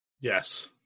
Yes